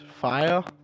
fire